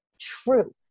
true